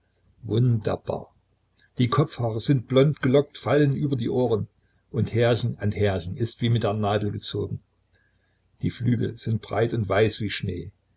wunderbar die kopfhaare sind blond gelockt fallen über die ohren und härchen an härchen ist wie mit der nadel gezogen die flügel sind breit und weiß wie schnee